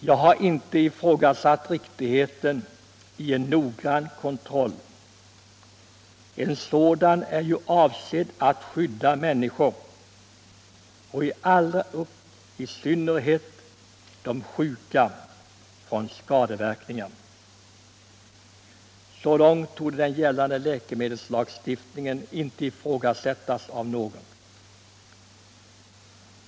Jag har inte ifrågasatt riktigheten i en noggrann kontroll — en sådan är ju avsedd att skydda människor, och i synnerhet sjuka, från skadeverkningar. Så långt torde den gällande läkemedelslagstiftningen inte ifrågasättas av någon.